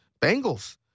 Bengals